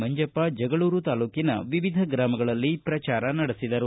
ಮಂಜಪ್ಪ ಜಗಳೂರು ತಾಲ್ಲೂಕಿನ ವಿವಿಧ ಗ್ರಾಮಗಳಲ್ಲಿ ಪ್ರಚಾರ ನಡೆಸಿದರು